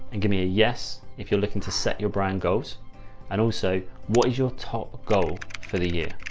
and give me a yes. if you're looking to set your brain goals and also what is your top goal for the year?